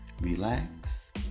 relax